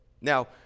Now